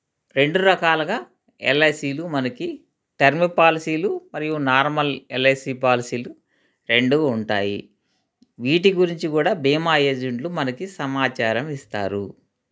రెండు రకాలుగా ఎల్ఐసీలు మనకి టర్మ్ పాలసీలు మరియు నార్మల్ ఎల్ ఐ సీ పాలసీలు రెండూ ఉంటాయి వీటి గురించి కూడా బీమా ఏజెంట్లు మనకి సమాచారం ఇస్తారు